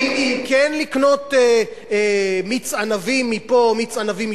אם כן לקנות מיץ ענבים מפה או מיץ ענבים משם?